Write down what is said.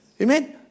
Amen